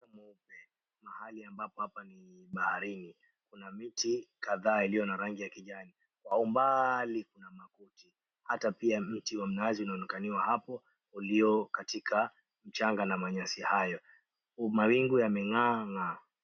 Mchanga mweupe mahali ambapo ni baharini na miti kadhaa iliyo rangi ya kijani, kwa umbali kuna makuti hata pia mtu wa mnazi unaonekaniwa hapo ulio katika mchanga na manyasi hayo, mawingu yameng'aa ng'aa.